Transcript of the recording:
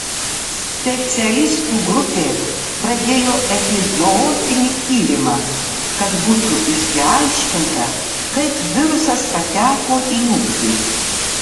specialistų grupė pradėjo epizootinį tyrimą kad būtų išsiaiškinta kaip virusas pateko į ūkį